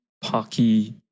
pocky